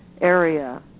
area